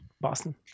boston